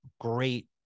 great